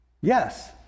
Yes